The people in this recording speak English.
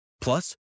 Plus